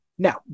Now